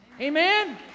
Amen